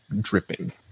dripping